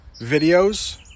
videos